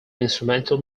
instrumental